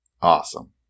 Awesome